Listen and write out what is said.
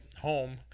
home